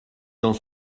dans